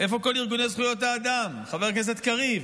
איפה כל ארגוני זכויות האדם, חבר הכנסת קריב?